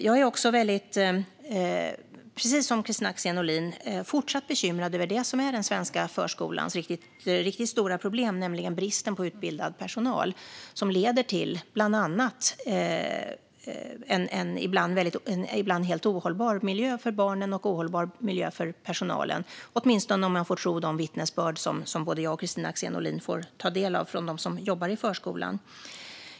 Jag är, precis som Kristina Axén Olin, fortsatt bekymrad över det som är den svenska förskolans riktigt stora problem, nämligen bristen på utbildad personal, som bland annat leder till en ibland helt ohållbar miljö för barnen och för personalen, åtminstone om man få tro de vittnesbörd som både jag och Kristina Axén Olin får ta del av från dem som jobbar i förskolan.